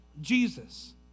Jesus